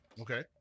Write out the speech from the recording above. Okay